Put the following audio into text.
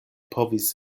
povis